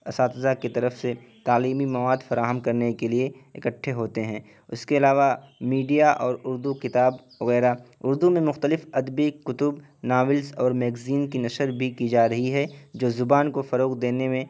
اساتذہ کی طرف سے تعلیمی مواد فراہم کرنے کے لیے اکٹھے ہوتے ہیں اور اس کے علاوہ میڈیا اور اردو کتاب وغیرہ اردو میں مختلف ادبی کتب ناولس اور میگزین کی نشر بھی کی جا رہی ہے جو زبان کو فروغ دینے میں